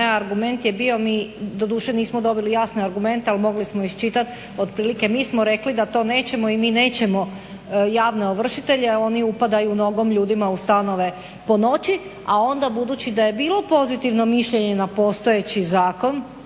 Argument je bio, mi doduše nismo dobili jasne argumente ali mogli smo iščitati otprilike, mi smo rekli da to nećemo i mi nećemo javne ovršitelje. Oni upadaju nogom ljudima u stanove po noći, a onda budući da je bilo pozitivno mišljenje na postojeći zakon